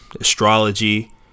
astrology